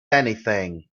anything